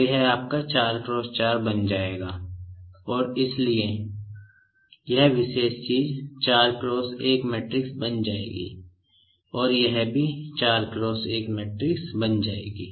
तो यह आपका 4 × 4 बन जाएगा और यह विशेष चीज 4 × 1 मैट्रिक्स बन जाएगी और यह भी 4 × 1 मैट्रिक्स बन जाएगी